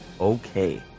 Okay